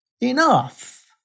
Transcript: enough